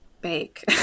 bake